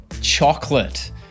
Chocolate